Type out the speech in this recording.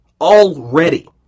already